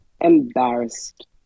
embarrassed